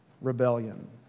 rebellion